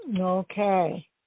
Okay